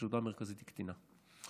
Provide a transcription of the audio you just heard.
החשודה המרכזית היא קטינה.